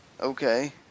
Okay